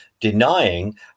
denying